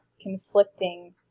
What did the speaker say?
conflicting